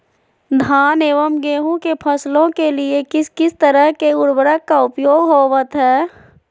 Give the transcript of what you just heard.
धान एवं गेहूं के फसलों के लिए किस किस तरह के उर्वरक का उपयोग होवत है?